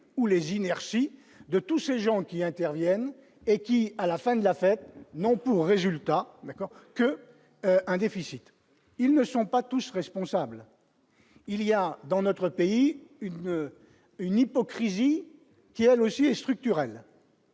ou les inerties de tous ces gens qui interviennent et qui à la fin de la fête n'ont pour résultat d'accord que un déficit, ils ne sont pas tous responsables, il y a dans notre pays une une hypocrisie qui elle aussi est structurelle